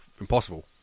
impossible